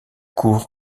cour